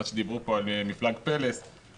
מה שדיברו פה על מפלג פלס,